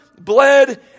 bled